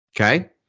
Okay